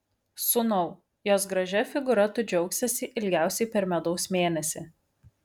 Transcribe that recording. sūnau jos gražia figūra tu džiaugsiesi ilgiausiai per medaus mėnesį